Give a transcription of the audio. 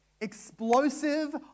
explosive